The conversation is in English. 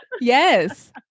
Yes